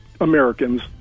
Americans